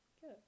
Good